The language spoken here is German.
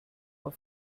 aber